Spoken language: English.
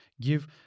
give